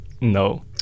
No